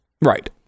Right